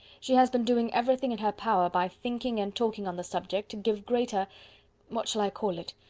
she has been doing everything in her power by thinking and talking on the subject, to give greater what shall i call it?